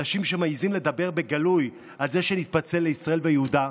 אנשים שמעיזים לדבר בגלוי על זה שנתפצל לישראל ויהודה,